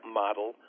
model